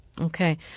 Okay